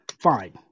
fine